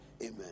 Amen